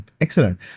Excellent